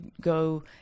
go